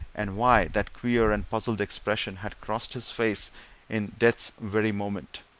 and why that queer and puzzled expression had crossed his face in death's very moment.